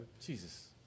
Jesus